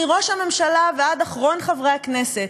מראש הממשלה ועד אחרון חברי הכנסת,